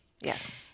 yes